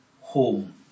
home